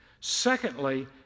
Secondly